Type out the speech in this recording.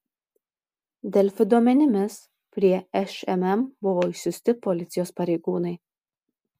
delfi duomenimis prie šmm buvo išsiųsti policijos pareigūnai